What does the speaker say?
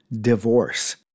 divorce